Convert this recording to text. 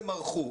זה מרחו.